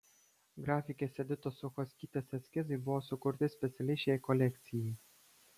grafikės editos suchockytės eskizai buvo sukurti specialiai šiai kolekcijai